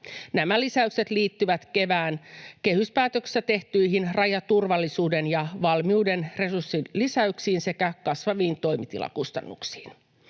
Nämä lisäykset liittyvät kevään kehyspäätöksessä tehtyihin rajaturvallisuuden ja valmiuden resurssilisäyksiin sekä kasvaviin toimitilakustannuksiin.